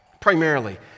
primarily